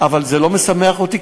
אבל זה לא משמח אותי,